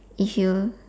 if you